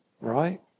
right